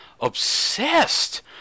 obsessed